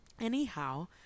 Anyhow